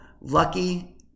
lucky